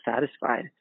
satisfied